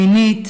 מינית,